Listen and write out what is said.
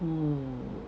mm